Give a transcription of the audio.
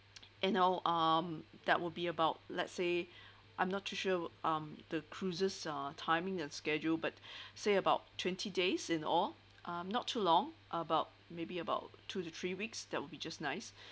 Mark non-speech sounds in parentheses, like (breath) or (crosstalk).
(noise) you know um that will be about let's say (breath) I'm not too sure um the cruises uh timing and schedule but (breath) say about twenty days in all um not too long about maybe about two to three weeks that will be just nice